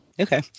Okay